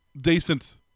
decent